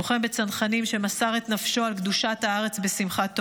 לוחם בצנחנים שמסר את נפשו על קדושת הארץ בשמחת תורה.